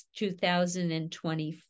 2024